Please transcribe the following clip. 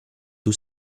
two